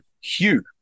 Hugh